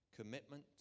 Commitment